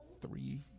three